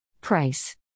Price